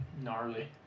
gnarly